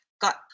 got